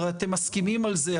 אתם, הרי, מסכימים על זה.